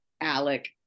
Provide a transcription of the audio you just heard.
Alec